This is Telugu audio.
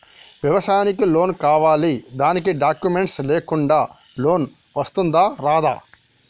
వ్యవసాయానికి లోన్స్ కావాలి దానికి డాక్యుమెంట్స్ లేకుండా లోన్ వస్తుందా రాదా?